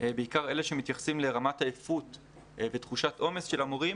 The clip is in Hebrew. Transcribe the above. בעיקר אלה שמתייחסים לרמת עייפות ותחושת עומס של המורים,